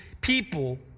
people